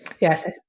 Yes